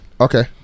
Okay